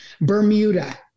Bermuda